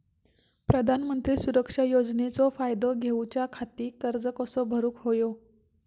प्रधानमंत्री सुरक्षा योजनेचो फायदो घेऊच्या खाती अर्ज कसो भरुक होयो?